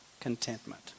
contentment